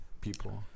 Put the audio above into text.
people